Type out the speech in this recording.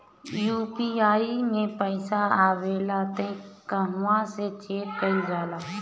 UPI मे पइसा आबेला त कहवा से चेक कईल जाला?